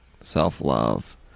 self-love